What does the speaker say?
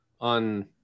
on